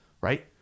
right